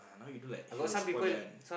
now you do like it will spoil that one